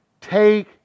Take